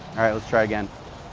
all right, let's try again.